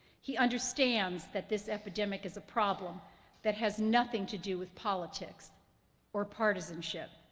he understands that this epidemic is a problem that has nothing to do with politics or partisanship.